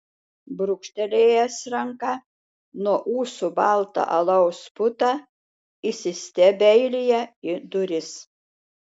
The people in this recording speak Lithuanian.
brūkštelėjęs ranka nuo ūsų baltą alaus putą įsistebeilija į duris